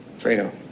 Fredo